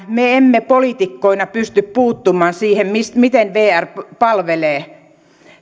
me emme poliitikkoina pysty puuttumaan siihen miten vr palvelee